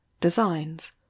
designs